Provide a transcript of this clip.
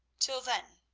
till then,